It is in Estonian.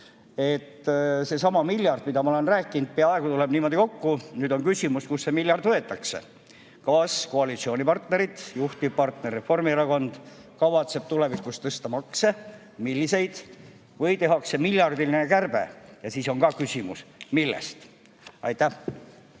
Seesama miljard, millest ma olen rääkinud, peaaegu tuleb niimoodi kokku. Nüüd on küsimus, kust see miljard võetakse. Kas koalitsiooni juhtivpartner Reformierakond kavatseb tulevikus tõsta makse? [Kui, siis] milliseid? Või tehakse miljardiline kärbe? Ja siis on ka küsimus: millest? Aitäh!